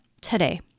today